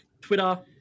Twitter